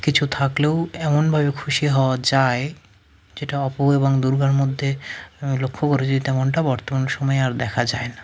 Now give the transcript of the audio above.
কিছু থাকলেও এমনভাবে খুশি হওয়া যায় যেটা অপু এবং দুর্গার মধ্যে আমি লক্ষ্য করেছি তেমনটা বর্তমান সময়ে আর দেখা যায় না